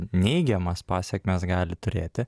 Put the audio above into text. neigiamas pasekmes gali turėti